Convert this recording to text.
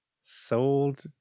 Sold